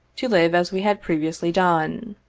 to live as we had previously done.